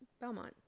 Belmont